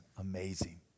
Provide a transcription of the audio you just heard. Amazing